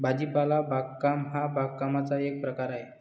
भाजीपाला बागकाम हा बागकामाचा एक प्रकार आहे